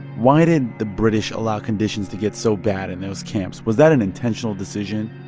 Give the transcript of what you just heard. why did the british allow conditions to get so bad in those camps? was that an intentional decision?